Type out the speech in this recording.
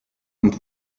und